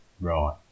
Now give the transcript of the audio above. Right